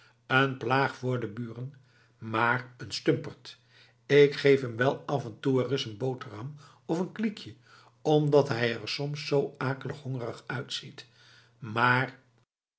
een plaag voor de buren maar een stumperd ik geef hem wel af en toe ereis een boterham of een kliekje omdat hij er soms zoo akelig hongerig uitziet maar